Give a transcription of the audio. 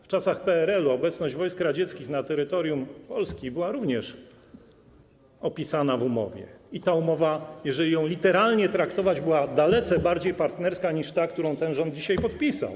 W czasach PRL-u obecność wojsk radzieckich na terytorium Polski była również opisana w umowie i ta umowa, jeżeli ją literalnie traktować, była dalece bardziej partnerska niż ta, którą ten rząd dzisiaj podpisał.